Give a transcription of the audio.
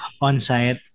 on-site